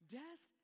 death